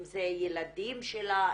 אם זה הילדים שלה,